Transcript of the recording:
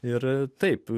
ir taip